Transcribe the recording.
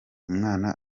umwana